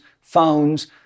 phones